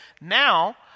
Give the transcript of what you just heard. now